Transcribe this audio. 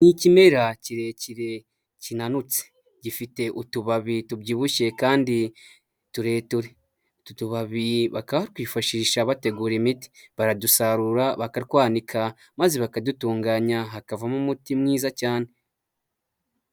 Ni ikimera kirekire kinanutse, gifite utubabi tubyibushye kandi tureture, utu tubabi bakaba batwifashisha bategura imiti, baradusarura bakatwanika maze bakadutunganya hakavamo umuti mwiza cyane.